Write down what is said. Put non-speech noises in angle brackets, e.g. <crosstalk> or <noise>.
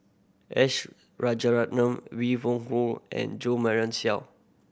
S Rajaratnam Wee Hong <unintelligible> and Jo Marion Seow